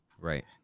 right